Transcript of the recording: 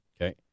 okay